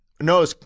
No